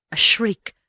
a shriek!